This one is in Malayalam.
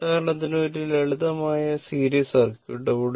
ഉദാഹരണത്തിന് ഒരു ലളിതമായ സീരീസ് സർക്യൂട്ട്